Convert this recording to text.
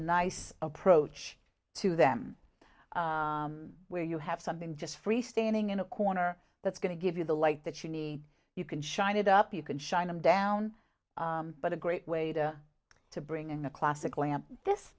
nice approach to them where you have something just free standing in a corner that's going to give you the light that you need you can shine it up you can shine them down but a great way to to bring a classical